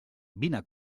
vine